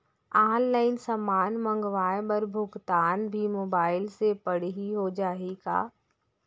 Online समान मंगवाय बर भुगतान भी मोबाइल से पड़ही हो जाही का?